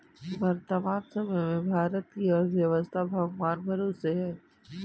वर्तमान समय में भारत की अर्थव्यस्था भगवान भरोसे है